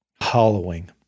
hollowing